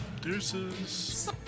Deuces